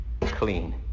clean